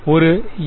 ஒரு எல்